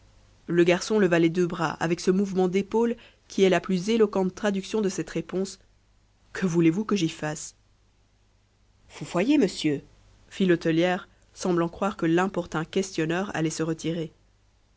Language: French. le garçon leva les deux bras avec ce mouvement d'épaules qui est la plus éloquente traduction de cette réponse que voulez-vous que j'y fasse vous voyez monsieur fit l'hôtelière semblant croire que l'importun questionneur allait se retirer